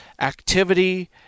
activity